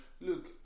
Look